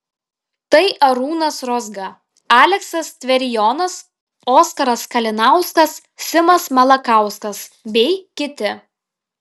tai arūnas rozga aleksas tverijonas oskaras kalinauskas simas malakauskas bei kiti